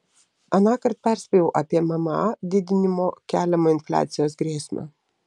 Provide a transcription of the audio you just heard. anąkart perspėjau apie mma didinimo keliamą infliacijos grėsmę